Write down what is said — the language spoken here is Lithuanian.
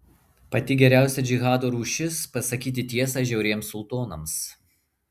pati geriausia džihado rūšis pasakyti tiesą žiauriems sultonams